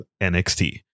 NXT